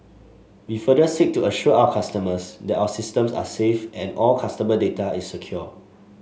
we further seek to assure our customers that our systems are safe and all customer data is secure